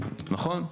נכון?